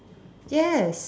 yes